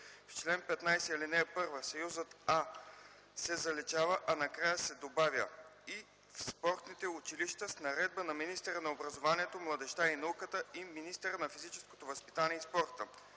В чл. 15, ал. 1 съюзът „а” се заличава, а накрая се добавя „и в спортните училища – с наредба на министъра на образованието, младежта и науката и министъра на физическото възпитание и спорта”.